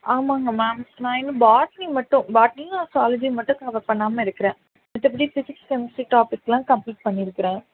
ஆமாம்ங்க மேம் நான் இன்னும் பாட்னி மட்டும் பாட்னியும் ஸுவாலஜியும் மட்டும் கவர் பண்ணாமல் இருக்குறேன் மற்றபடி ஃபிஸிக்ஸ் கெமிஸ்ட்ரி டாபிக் எல்லாம் கம்ப்ளீட் பண்ணி இருக்கிறேன்